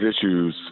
issues